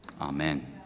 Amen